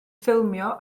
ffilmio